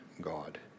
God